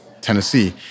Tennessee